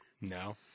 No